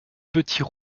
petits